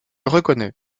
reconnais